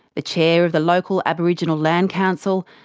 the chair of the local aboriginal land council,